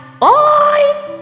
Bye